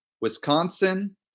Wisconsin